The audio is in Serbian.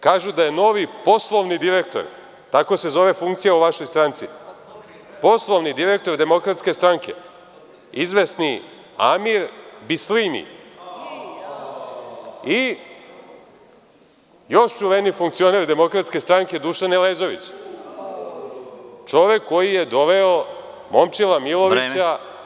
Kažu da je novi poslovni direktor, tako se zove funkcija u vašoj stranci, poslovni direktor DS, izvesni Amir Bislimi i još čuveniji funkcioner DS Dušan Elezović, čovek koji je doveo Momčila Milovića…